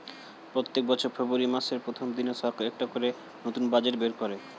প্রত্যেক বছর ফেব্রুয়ারি মাসের প্রথম দিনে সরকার একটা করে নতুন বাজেট বের করে